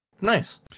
Nice